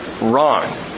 Wrong